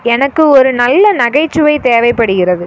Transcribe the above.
எனக்கு ஒரு நல்ல நகைச்சுவை தேவைப்படுகிறது